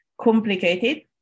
complicated